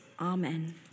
Amen